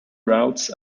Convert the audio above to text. routes